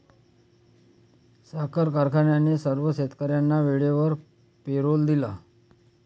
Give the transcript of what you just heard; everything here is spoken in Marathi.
साखर कारखान्याने सर्व शेतकर्यांना वेळेवर पेरोल दिला